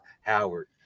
Howard